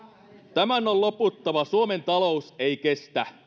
tämän on loputtava suomen talous ei kestä